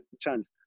chance